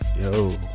yo